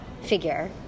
figure